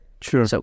Sure